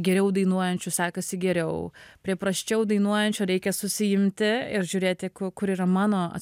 geriau dainuojančių sekasi geriau prie prasčiau dainuojančio reikia susiimti ir žiūrėti ku kur yra mano